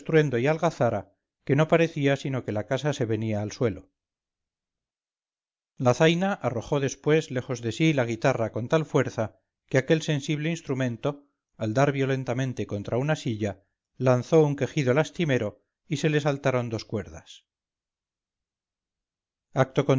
y algazara que no parecía sino que la casa se venía al suelo la zaina arrojó después lejos de sí la guitarra con tal fuerza que aquel sensible instrumento al dar violentamente contra una silla lanzó un quejido lastimero y se le saltaron dos cuerdas acto